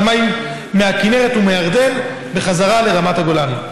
מים מהכינרת ומהירדן בחזרה לרמת הגולן.